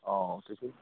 অঁ টিফিন